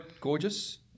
Gorgeous